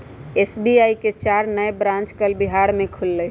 SBI के चार नए ब्रांच कल बिहार में खुलय